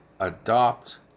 Adopt